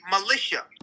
militia